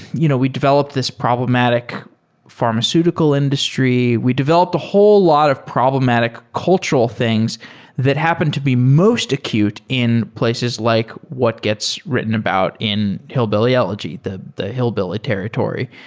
you know we developed this problematic pharmaceutical industry. we developed a whole lot of problematic cultural things that happened to be most acute in places like what gets written about in hillbilly elegy, the the hillbilly territory.